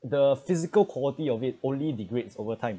the physical quality of it only degrades over time